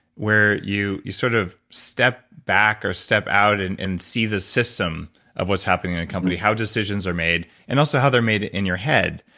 where you you sort of step back or step out and and see the system of what's happening in a company, how decisions are made, and also how they're made in your head.